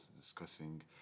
discussing